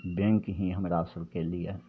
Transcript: bank ही हमरा सभके लिए